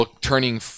turning